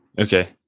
Okay